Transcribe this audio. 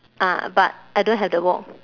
ah but I don't have the book